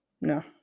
No